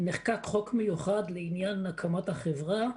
נחקק חוק מיוחד לעניין הקמת החברה.